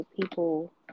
people